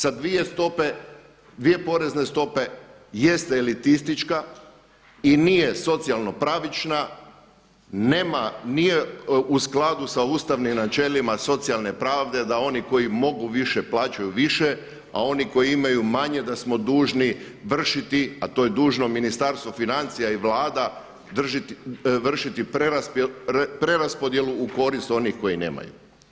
Sa dvije stope, dvije porezne stope jeste elitistička i nije socijalno pravična, nije u skladu sa ustavnim načelima socijalne pravde da oni koji mogu više plaćaju više, a oni koji imaju manje da smo dužni vršiti a to je dužno Ministarstvo financija i Vlada vršiti preraspodjelu u korist onih koji nemaju.